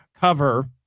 cover